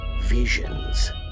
visions